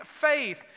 faith